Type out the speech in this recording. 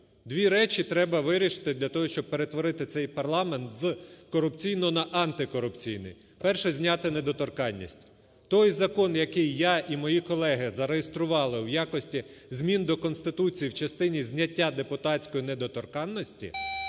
Дві речі треба вирішити для того, щоб перетворити цей парламент з корупційного на антикорупційний. Перше, зняти недоторканність. Той закон, який я і мої колеги зареєстрували в якості змін до Конституції в частині зняття депутатської недоторканності,